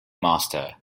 master